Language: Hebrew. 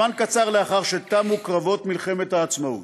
זמן קצר לאחר שתמו קרבות מלחמת העצמאות.